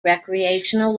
recreational